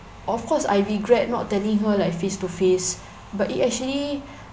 of course I regret not telling her like face to face but it actually